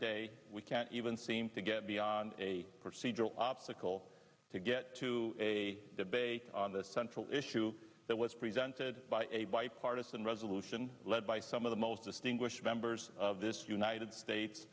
day we can't even seem to get beyond a procedural obstacle to get to a debate on the central issue that was presented by a bipartisan resolution led by some of the most distinguished members of this united states